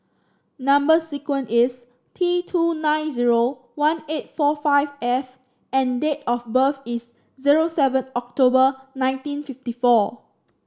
number sequence is T two nine zero one eight four five F and date of birth is zero seven October nineteen fifty four